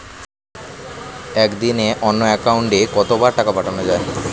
একদিনে অন্য একাউন্টে কত বার টাকা পাঠানো য়ায়?